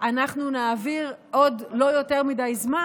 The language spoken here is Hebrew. אנחנו נעביר עוד לא יותר מדי זמן,